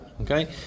Okay